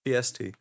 PST